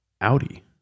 Audi